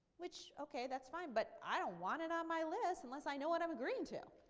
which, okay, that's fine, but i don't want it on my list unless i know what i'm agreeing to.